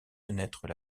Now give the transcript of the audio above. fenêtres